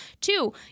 Two